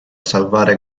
salvare